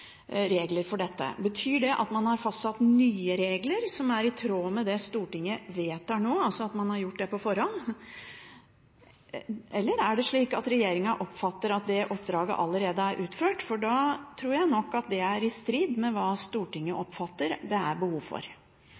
regler for dette. Betyr det at man har fastsatt nye regler som er i tråd med det Stortinget vedtar nå – at man har gjort dette på forhånd – eller er det slik at regjeringen oppfatter at oppdraget allerede er utført? Da tror jeg nok det er i strid med hva Stortinget oppfatter det er behov for.